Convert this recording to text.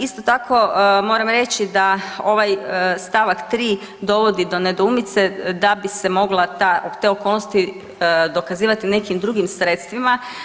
Isto tako, moram reći da ovaj stavak 3. dovodi do nedoumice da bi se mogla ta, te okolnosti dokazivati nekim drugim sredstvima.